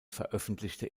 veröffentlichte